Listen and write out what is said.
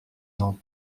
dans